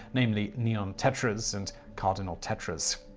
namely neon tetras and cardinal tetras.